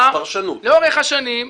לאורך השנים --- פרשנות.